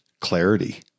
clarity